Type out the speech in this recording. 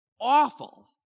Awful